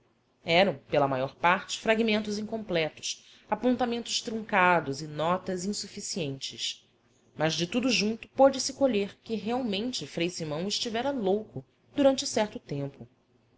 eram pela maior parte fragmentos incompletos apontamentos truncados e notas insuficientes mas de tudo junto pôde se colher que realmente frei simão estivera louco durante certo tempo